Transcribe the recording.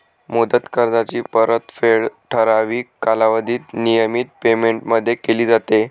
मुदत कर्जाची परतफेड ठराविक कालावधीत नियमित पेमेंटमध्ये केली जाते